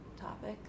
topic